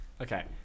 Okay